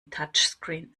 touchscreen